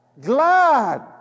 Glad